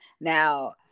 Now